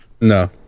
No